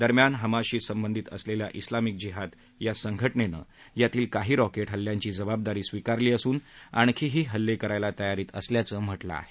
दरम्यान हमासशी संबधित असलेल्या उलामिक जिहाद या संघटनेनं यातील काही रॉकेट हल्ल्यांची जबाबदारी स्वीकारली असून आणखीही हल्ले करायला तयारीत असल्याचं म्हटलं आहे